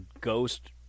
ghost